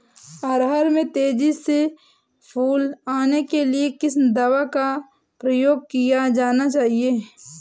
अरहर में तेजी से फूल आने के लिए किस दवा का प्रयोग किया जाना चाहिए?